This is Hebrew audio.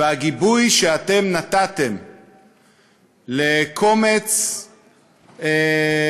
והגיבוי שאתם נתתם לקומץ אנשים